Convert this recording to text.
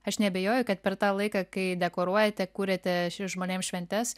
aš neabejoju kad per tą laiką kai dekoruojate kuriate žmonėms šventes